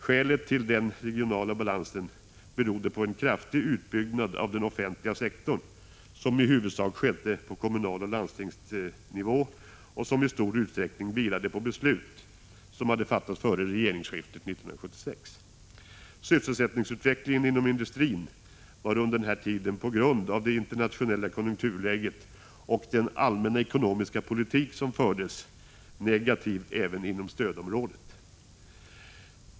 Skälet till den regionala balans som rådde då var en kraftig utbyggnad av den offentliga sektorn, som i huvudsak skedde på kommunal nivå och på landstingsnivå och som i stor utsträckning vilade på beslut som hade fattats före regeringsskiftet 1976. Sysselsättningsutvecklingen inom industrin var under den här tiden på grund av det internationella konjunkturläget och den allmänna ekonomiska politik som fördes negativ även inom stödområdet.